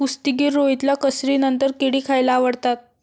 कुस्तीगीर रोहितला कसरतीनंतर केळी खायला आवडतात